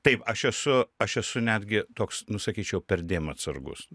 taip aš esu aš esu netgi toks nu sakyčiau perdėm atsargus